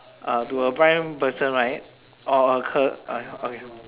uh to a blind person right or a c~ alright okay